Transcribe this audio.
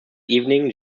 evening